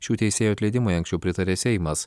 šių teisėjų atleidimui anksčiau pritarė seimas